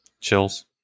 chills